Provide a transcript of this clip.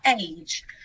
age